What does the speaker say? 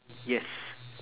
yes